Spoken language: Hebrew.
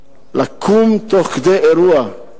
לקום תוך כדי אירוע,